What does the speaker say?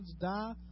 die